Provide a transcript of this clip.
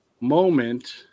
moment